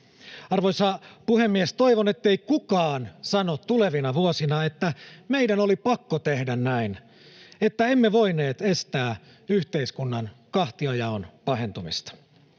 Arvoisa puhemies! Toivon, ettei kukaan sano tulevina vuosina, että meidän oli pakko tehdä näin, että emme voineet estää yhteiskunnan kahtiajaon pahentumista.